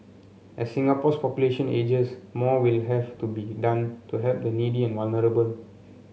as Singapore's population ages more will have to be done to help the needy and vulnerable